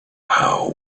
how